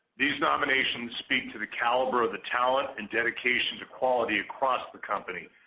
these nominations speak to the caliber of the talent and dedication to quality across the company.